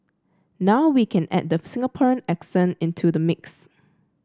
now we can add the Singaporean accent into the mix